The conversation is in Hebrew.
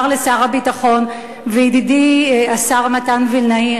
לשר הביטחון וידידי השר מתן וילנאי,